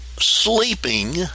sleeping